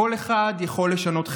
קול אחד יכול לשנות חדר.